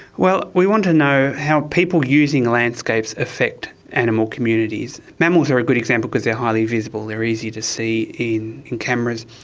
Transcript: well, we want to know how people using landscapes affect animal communities. mammals are a good example because they are highly visible, they are easy to see in in cameras,